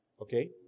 Okay